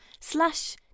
slash